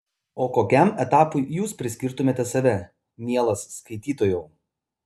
o kokiam etapui jūs priskirtumėte save mielas skaitytojau